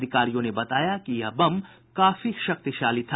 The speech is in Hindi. अधिकारियों ने बताया कि यह बम काफी शक्तिशाली था